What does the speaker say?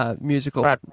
musical